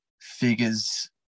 figures